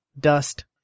dust